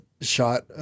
shot